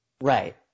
Right